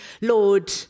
Lord